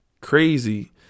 Crazy